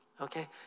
okay